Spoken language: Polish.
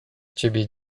ciebie